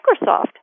Microsoft